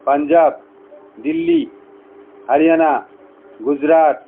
Punjab Delhi Haryana Gujarat